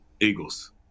Eagles